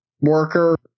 worker